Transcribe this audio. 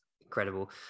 incredible